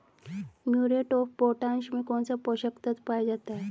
Muriate of potash में कौन सा पोषक तत्व पाया जाता है?